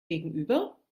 gegenüber